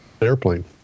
airplane